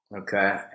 Okay